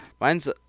mine's